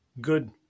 good